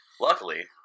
luckily